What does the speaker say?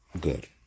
good